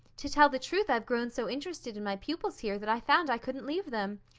to tell the truth, i've grown so interested in my pupils here that i found i couldn't leave them.